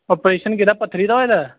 operation ਕਿਹੜਾ ਪੱਥਰੀ ਦਾ ਹੋਏ ਦਾ